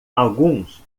alguns